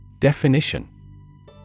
Definition